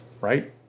Right